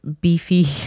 beefy